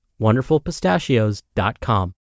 wonderfulpistachios.com